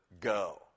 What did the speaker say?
go